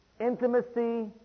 Intimacy